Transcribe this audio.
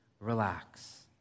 Relax